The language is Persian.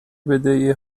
بدهی